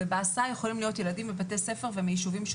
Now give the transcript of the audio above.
ובהסעה יכולים להיות ילדים מיישובים ובתי ספר שונים.